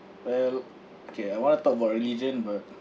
well okay I want to talk about religion but